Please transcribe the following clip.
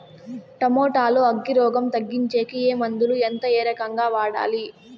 Tomato లో అగ్గి రోగం తగ్గించేకి ఏ మందులు? ఎంత? ఏ రకంగా వాడాలి?